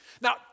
Now